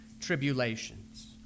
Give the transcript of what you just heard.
tribulations